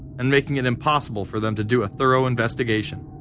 and making it impossible for them to do a thorough investigation.